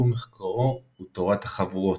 ותחום מחקרו הוא תורת החבורות.